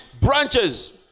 branches